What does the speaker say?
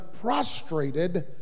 prostrated